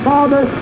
Father